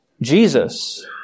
Jesus